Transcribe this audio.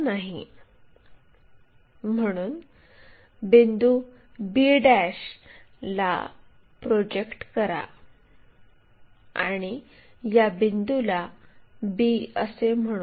म्हणून बिंदू b ला प्रोजेक्ट करा आणि या बिंदूला b असे म्हणू